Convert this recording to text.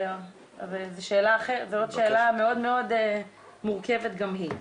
אבל זו עוד שאלה מאוד מאוד מורכבת גם היא.